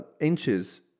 inches